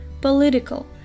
political